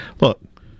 look